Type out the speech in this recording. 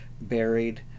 buried